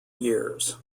years